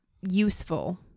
useful